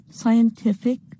scientific